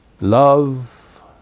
love